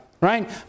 Right